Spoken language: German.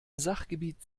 sachgebiet